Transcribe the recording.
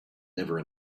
never